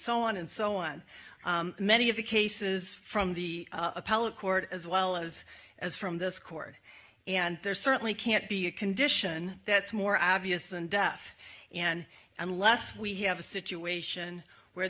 so on and so on many of the cases from the appellate court as well as as from this court and there's certainly can't be a condition that's more obvious than death and unless we have a situation where